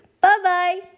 Bye-bye